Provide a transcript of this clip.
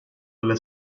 delle